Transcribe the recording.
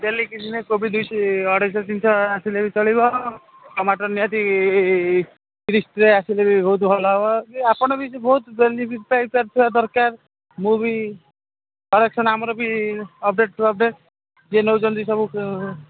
daily କିଛି ନାଇଁ କୋବି ଦୁଇଶହ ଅଢ଼େଇଶହ ତିନିଶହ ଆସିଲେ ବି ଚଳିବ ଟମାଟର ନିହାତି ତିରିଶରେ ଆସିଲେ ବି ବହୁତ ଭଲ ହେବ ଆପଣ ବି ବହୁତ ବେନିଫିଟ୍ ପାଇପାରୁଥିବା ଦରକାର ମୁଁ ବି କଲେକ୍ସନ ଆମର ବି ଅପଡ଼େଟ ଟୁ ଅପଡ଼େଟ ଯିଏ ନଉଚନ୍ତି ସବୁ